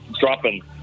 dropping